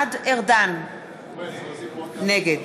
נגד